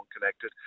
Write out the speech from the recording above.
connected